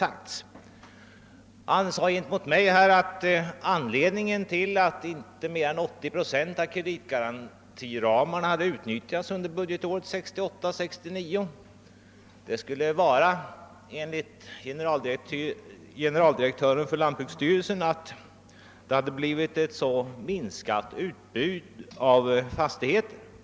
Gentemot mig sade herr Johanson att anledningen till att inte mer än 80 procent av kreditgarantiramarna utnyttjats under budgetåret 1968/69 enligt generaldirektören för lantbruksstyrelsen skulle vara det minskade utbud av fastigheter som förelegat.